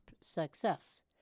success